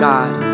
God